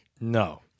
No